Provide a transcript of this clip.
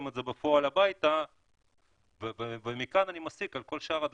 את זה בפועל הביתה ומכאן אני מסיק על כל שאר הדברים,